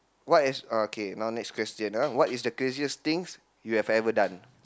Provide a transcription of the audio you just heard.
what is okay now next question ah what is the craziest things you have ever done